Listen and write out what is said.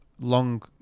long